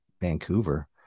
Vancouver